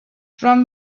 from